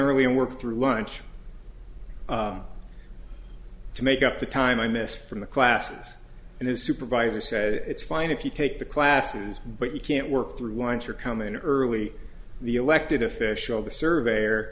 early and work through lunch to make up the time i missed from the classes and his supervisor said it's fine if you take the classes but you can't work through lunch or come in early the elected official the surveyor